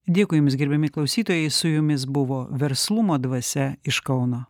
dėkui jums gerbiami klausytojai su jumis buvo verslumo dvasia iš kauno